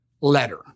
letter